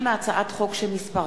הצעת חוק זכויות הדייר בדיור הציבורי (תיקון מס' 4)